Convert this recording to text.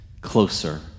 closer